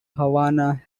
havana